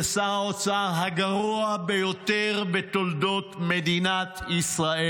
זה שר האוצר הגרוע ביותר בתולדות מדינת ישראל.